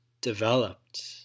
developed